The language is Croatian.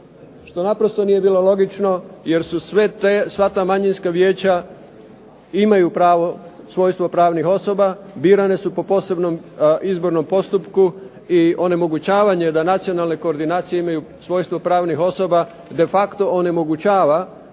što naprosto nije bilo logično jer su sva ta manjinska vijeća imaju svojstvo pravnih osoba, birane su po posebnom izbornom postupku i onemogućavanje da nacionalne koordinacije imaju svojstvo pravnih osoba de facto onemogućava